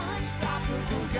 Unstoppable